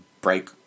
break